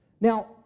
Now